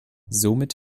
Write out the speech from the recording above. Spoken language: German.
somit